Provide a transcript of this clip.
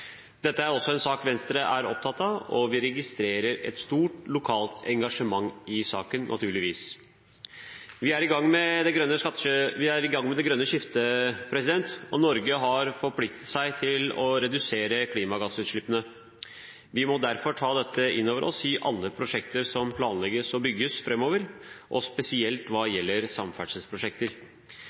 Dette er en sak som også Venstre er opptatt av, og vi registrerer et stort lokalt engasjement i saken, naturligvis. Vi er i gang med det grønne skiftet, og Norge har forpliktet seg til å redusere klimagassutslippene. Vi må derfor ta dette inn over oss i alle prosjekter som planlegges og bygges framover, og spesielt hva gjelder samferdselsprosjekter.